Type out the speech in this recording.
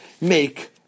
make